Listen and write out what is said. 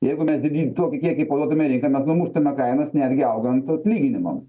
jeigu mes didyn tokį kiekį paduotume į rinką mes numuštume kainas netgi augant atlyginimams